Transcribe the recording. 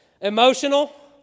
emotional